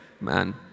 Man